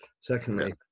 secondly